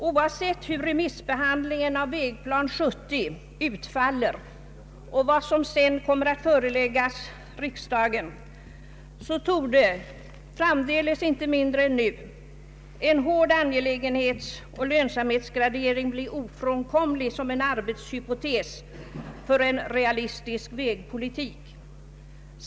Oavsett hur remissbehandlingen av Vägplan 1970 utfaller och vad som sedan kommer att föreläggas riksdagen, torde framdeles inte mindre än nu en hård angelägenhetsoch lönsamhetsgradering bli ofrånkomlig som en arbetshypotes för en realistisk vägpolitik.